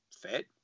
fit